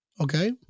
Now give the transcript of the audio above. Okay